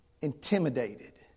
intimidated